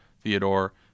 Theodore